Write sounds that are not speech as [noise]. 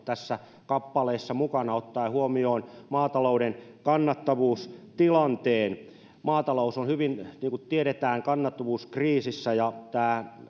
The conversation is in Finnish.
mukana tässä kappaleessa ottaen huomioon maatalouden kannattavuustilanteen maatalous on niin kuin tiedetään kannattavuuskriisissä ja tämä [unintelligible]